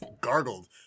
Gargled